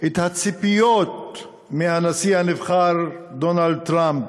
את הציפיות מהנשיא הנבחר דונלד טראמפ,